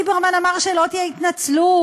ליברמן אמר שלא תהיה התנצלות.